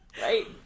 Right